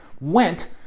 went